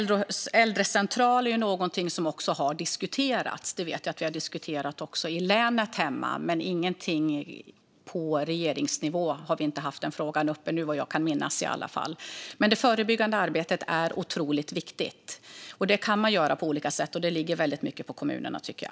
Äldrecentraler är någonting som har diskuterats, även i mitt län, men på regeringsnivå har vi vad jag kan minnas inte haft den frågan uppe. Det förebyggande arbetet är otroligt viktigt. Man kan göra det på olika sätt, men det ligger väldigt mycket på kommunerna, tycker jag.